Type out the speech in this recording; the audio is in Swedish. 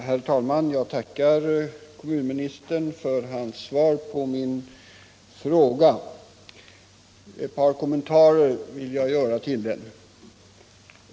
Herr talman! Jag tackar kommunministern för hans svar på min fråga. Jag vill göra ett par kommentarer till det.